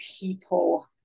people